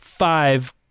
Five